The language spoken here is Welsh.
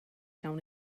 gallwn